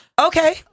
Okay